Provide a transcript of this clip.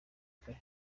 kare